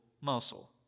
muscle